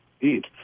eat